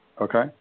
Okay